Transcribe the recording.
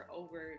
over